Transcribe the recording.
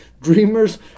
Dreamers